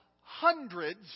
hundreds